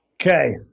Okay